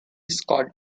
scott